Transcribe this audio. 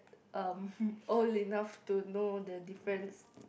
um old enough to know the difference